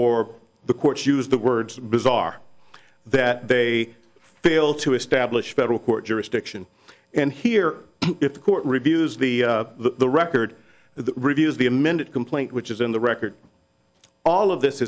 or the courts use the word bizarre that they fail to establish federal court jurisdiction and here if the court reviews the the record the reviews the amended complaint which is in the record all of this